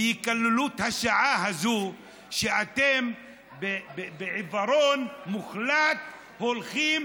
ויקללו את השעה הזאת שאתם בעיוורון מוחלט הולכים